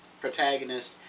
protagonist